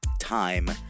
time